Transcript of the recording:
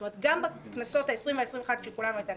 זאת אומרת גם בכנסות העשרים והעשרים-ואחת כולנו הייתה נפרדת,